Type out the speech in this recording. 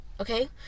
okay